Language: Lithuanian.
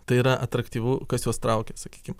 tai yra atraktyvu kas juos traukia sakykim